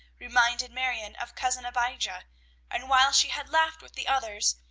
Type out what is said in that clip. reminded marion of cousin abijah and while she had laughed with the others,